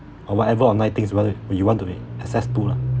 or whatever online things you want to you want to be access to lah